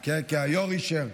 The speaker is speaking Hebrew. כי היו"ר אישר.